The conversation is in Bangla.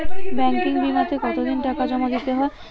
ব্যাঙ্কিং বিমাতে কত দিন টাকা জমা দিতে হয়?